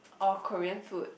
or Korean food